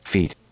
Feet